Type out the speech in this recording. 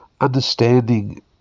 Understanding